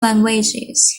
languages